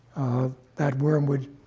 that worm would